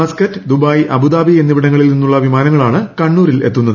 Muscat Dubai Abu Dhabi എന്നിവിടങ്ങളിൽ നിന്നുള്ള വിമാനങ്ങളാണ് കണ്ണൂരിലെത്തുന്നത്